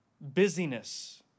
busyness